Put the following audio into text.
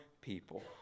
people